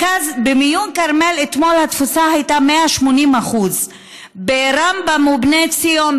במיון כרמל אתמול התפוסה הייתה 180%; ברמב"ם ובבני ציון,